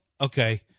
Okay